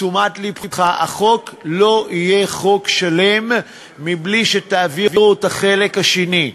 תשומת לבך: החוק לא יהיה חוק שלם בלי שתעבירו את החלק השני.